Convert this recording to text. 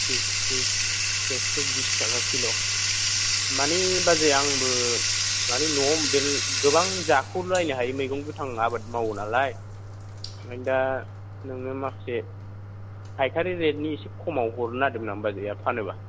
थ्रिस थ्रिस एक्स बिस थाखा किल' मानि बाजै आंबो मानि न' आव आंबो गोबां जाखलायनो हायै मैगं गोथां आबाद मावो नालाय दा ओंखायनो दा नोंनो माखासे फायखारि रेथ नि एसे खमाव हरनो नागिरदोंमोन आं बाजैया फानोब्ला